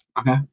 Okay